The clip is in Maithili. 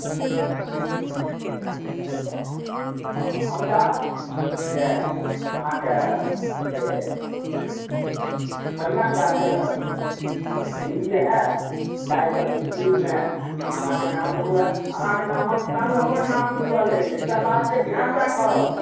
हँ हम चाहब जे अहाँकेँ से बढ़िआँ काज रहए ताहिसँ इस्कुलमे अहाँके नाम हुए अहाँक नामक सङ्ग हमर नाम जुड़ल अछि एकटा बातके ध्यान राखब